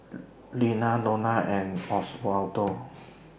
Lyanna Iona and Osvaldo